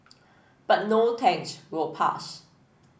but no thanks we'll pass